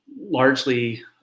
largely